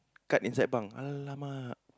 card inside bunk !alamak!